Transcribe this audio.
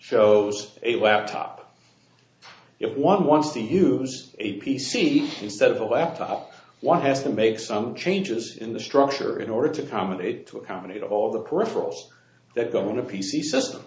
shows a laptop if one wants to use a p c instead of a laptop one has to make some changes in the structure in order to accommodate to accommodate all the peripherals they're going to p c system